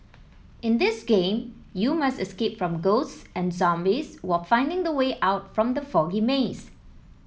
in this game you must escape from ghosts and zombies while finding the way out from the foggy maze